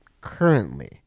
currently